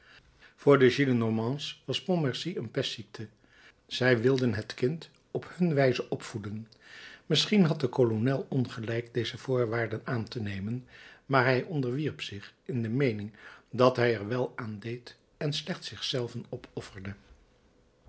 voor de gillenormands was pontmercy een pestziekte zij wilden het kind op hun wijze opvoeden misschien had de kolonel ongelijk deze voorwaarden aan te nemen maar hij onderwierp zich in de meening dat hij er wel aan deed en slechts zich zelven